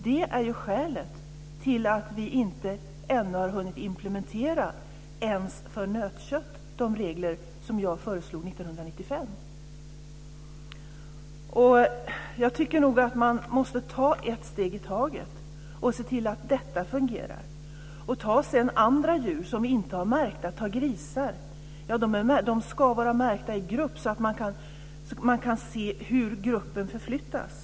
Det är skälet till att vi ännu inte ens för nötkött har hunnit implementera de regler som jag föreslog 1995. Jag tycker nog att man måste ta ett steg i taget och se till att detta fungerar. Sedan har vi ju andra djur som inte är märkta, t.ex. grisar. De ska var märkta i grupp så att man kan se hur gruppen förflyttas.